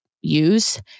use